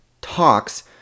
talks